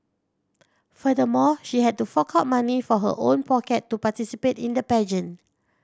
furthermore she had to fork out money from her own pocket to participate in the pageant